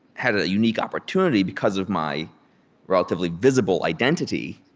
had a unique opportunity because of my relatively visible identity,